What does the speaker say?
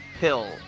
pill